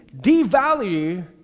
devalue